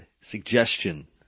suggestion